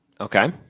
Okay